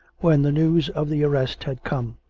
when the news of the arrest had come,